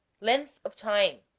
length of time